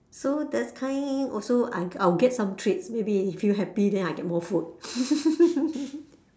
so that kind also I I'll get some treats maybe if you happy then I get more food